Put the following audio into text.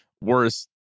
worse